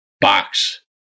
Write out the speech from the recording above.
box